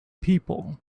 people